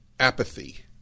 Apathy